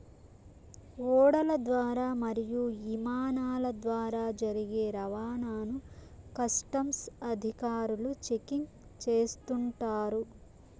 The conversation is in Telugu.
ఓడల ద్వారా మరియు ఇమానాల ద్వారా జరిగే రవాణాను కస్టమ్స్ అధికారులు చెకింగ్ చేస్తుంటారు